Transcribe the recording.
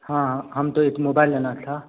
हाँ हमको एक मोबाइल लेना था